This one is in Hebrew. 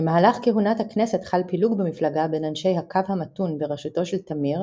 במהלך כהונת הכנסת חל פילוג במפלגה בין אנשי הקו המתון בראשותו של תמיר,